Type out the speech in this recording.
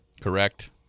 correct